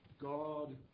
God